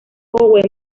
howe